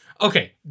Okay